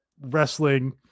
wrestling